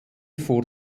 vor